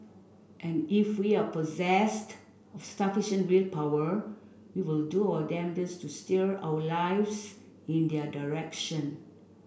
and if we are possessed sufficient willpower we will do our damnedest to steer our lives in their direction